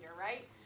right